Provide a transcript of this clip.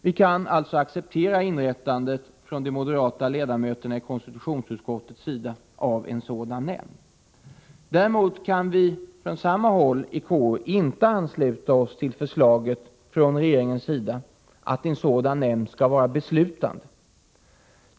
De moderata ledamöterna i konstitutionsutskottet kan alltså acceptera förslaget om inrättande av en sådan nämnd. Däremot kan moderaterna i KU inte ansluta sig till förslaget från regeringen att en sådan nämnd skall vara beslutande.